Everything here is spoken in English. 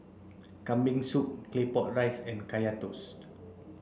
kambing soup claypot rice and kaya toast